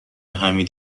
حمید